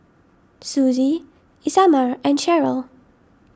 Suzie Isamar and Sheryl